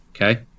Okay